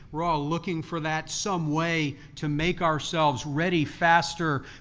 we're all looking for that, some way to make ourselves ready faster,